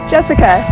Jessica